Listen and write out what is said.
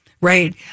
Right